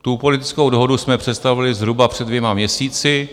Tu politickou dohodu jsme představili zhruba před dvěma měsíci.